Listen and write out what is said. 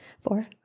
Four